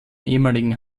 ehemaligen